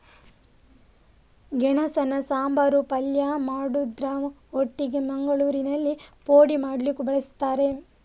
ಗೆಣಸನ್ನ ಸಾಂಬಾರು, ಪಲ್ಯ ಮಾಡುದ್ರ ಒಟ್ಟಿಗೆ ಮಂಗಳೂರಿನಲ್ಲಿ ಪೋಡಿ ಮಾಡ್ಲಿಕ್ಕೂ ಬಳಸ್ತಾರೆ